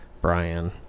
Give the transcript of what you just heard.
brian